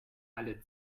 alle